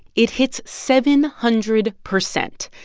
it hits seven hundred percent.